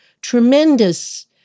tremendous